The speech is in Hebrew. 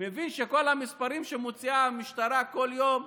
מבין שכל המספרים שמוציאה המשטרה כל יום,